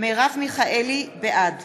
בעד